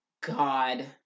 God